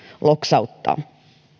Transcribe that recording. lotkauttaa